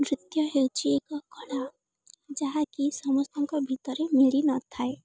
ନୃତ୍ୟ ହେଉଛିି ଏକ କଳା ଯାହାକି ସମସ୍ତଙ୍କ ଭିତରେ ମିଳି ନ ଥାଏ